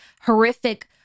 horrific